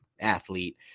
athlete